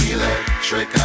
Electric